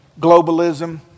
globalism